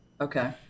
Okay